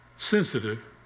sensitive